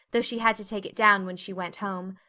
though she had to take it down when she went home.